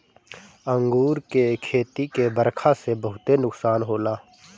अंगूर के खेती के बरखा से बहुते नुकसान होला